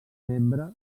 membre